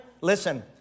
listen